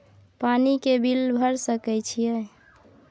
पानी के बिल भर सके छियै?